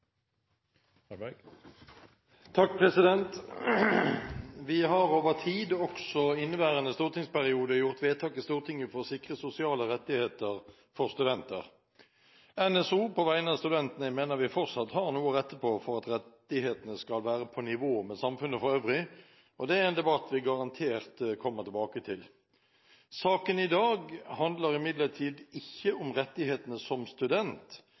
Ja, president. Vi ønsker med dette å fremme det forslaget i innstillingen der Fremskrittspartiet er medforslagsstiller. Da er det omtalte forslaget tatt opp av representanten Hanekamhaug. Vi har over tid, også inneværende stortingsperiode, gjort vedtak i Stortinget for å sikre sosiale rettigheter for studenter. NSO mener på vegne av studentene at vi fortsatt har noe å rette på for at rettighetene skal være på nivå med samfunnet for øvrig, og det er